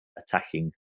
attacking